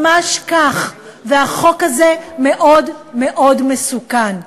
ממש כך, והחוק הזה מאוד מאוד מסוכן.